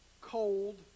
cold